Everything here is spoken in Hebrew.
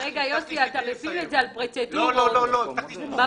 באותו רגע זה היה כמעט תסריט כתוב מראש שההצלחה לא תצמח כאן.